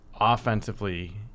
offensively